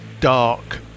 dark